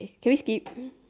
eh can we skip